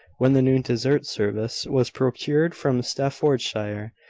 when the new dessert service was procured from staffordshire,